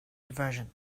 diversion